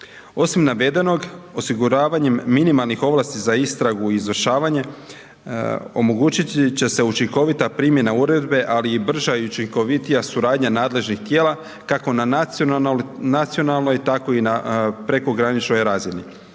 Osim navedenog osiguravanjem minimalnih ovlasti za istragu i izvršavanje omogućit će se učinkovita primjena uredbe, ali i brža i učinkovitija suradnja nadležnih tijela kako na nacionalnoj tako i na prekograničnoj razini